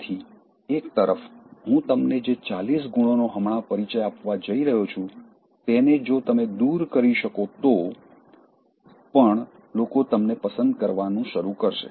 તેથી એક તરફ હું તમને જે ચાલીસ ગુણો નો હમણાં પરિચય આપવા જઇ રહ્યો છું તેને જો તમે દૂર કરી શકો તો પણ લોકો તમને પસંદ કરવાનું શરૂ કરશે